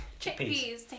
Chickpeas